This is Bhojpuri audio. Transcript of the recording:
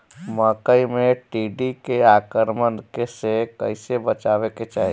मकई मे टिड्डी के आक्रमण से कइसे बचावे के चाही?